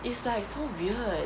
it's like so weird